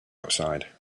outside